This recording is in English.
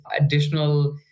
additional